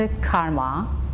karma